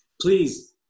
please